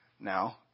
now